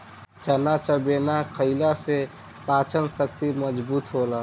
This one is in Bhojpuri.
चना चबेना खईला से पाचन शक्ति मजबूत रहेला